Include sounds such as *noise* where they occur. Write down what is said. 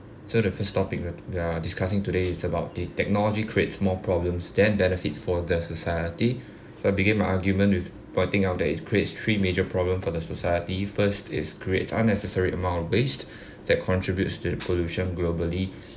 so the first topic th~ that they're discussing today it's about the technology creates more problems than benefits for the society for begin my argument with pointing out that it creates three major problem for the society first it's creates unnecessary amount of waste *breath* that contribute to the pollution globally